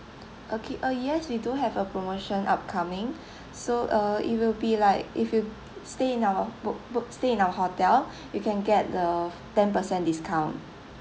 okay ah yes we do have a promotion upcoming so uh it will be like if you stay in our book book stay in our hotel you can get the ten percent discount